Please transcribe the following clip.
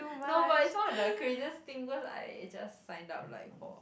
no but it's one of the craziest thing because I just signed up like for